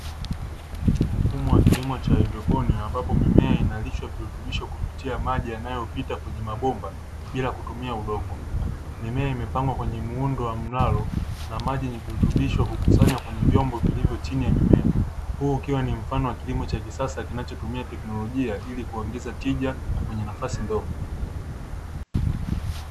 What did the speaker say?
Mfumo wa kilimo cha haidroponi ambapo mimea inalishwa virutubisho kupitia maji yanayopita kwenye mabomba bila kutumia udongo. Mimea imepangwa kwenye muundo wa mtaro na maji yenye virutubisho kukusanya kwenye vyombo chini ya mimea. Huu ukiwa ni mfano wa kilimo cha kisasa kinachotumika teknolojia ili kuongea tija kwenye nafasi ndogo.